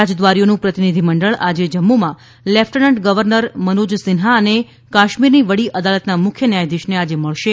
રાજદ્વારીઓનું પ્રતિનિધિમંડળ આજે જમ્મુમાં લેફ્ટનન્ટ ગર્વનર મનોજ સિંહા અને કાશ્મીરની વડી અદાલતના મુખ્ય ન્યાયધીશને આજે મળશે